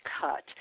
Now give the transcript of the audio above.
cut